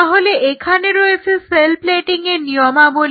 তাহলে এখানে রয়েছে সেল প্লেটিং এর নিয়মাবলী